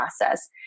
process